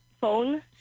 phone